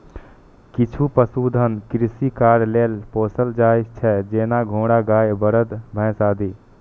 किछु पशुधन कृषि कार्य लेल पोसल जाइ छै, जेना घोड़ा, गाय, बरद, भैंस आदि